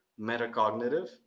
metacognitive